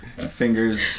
Fingers